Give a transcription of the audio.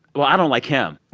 well, i don't like him